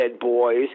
Boys